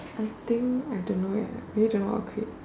I think I don't know yet really don't what to create